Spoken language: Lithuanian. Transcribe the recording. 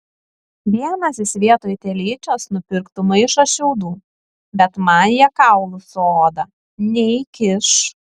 vienas jis vietoj telyčios nupirktų maišą šiaudų bet man jie kaulų su oda neįkiš